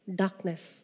darkness